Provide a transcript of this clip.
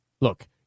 look